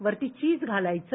वरती चीज घालायचं